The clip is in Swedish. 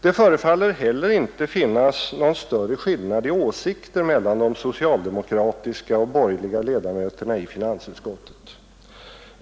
Det förefaller heller inte att finnas någon större skillnad i åsikter mellan de socialdemokratiska och borgerliga ledamöterna i finansutskottet.